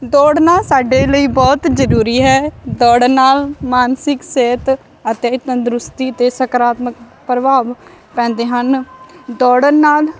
ਦੋੜਨਾ ਸਾਡੇ ਲਈ ਬਹੁਤ ਜ਼ਰੂਰੀ ਹੈ ਦੌੜਨ ਨਾਲ ਮਾਨਸਿਕ ਸਿਹਤ ਅਤੇ ਤੰਦਰੁਸਤੀ 'ਤੇ ਸਕਾਰਾਤਮਕ ਪ੍ਰਭਾਵ ਪੈਂਦੇ ਹਨ ਦੌੜਨ ਨਾਲ